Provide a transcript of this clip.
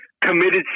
Committed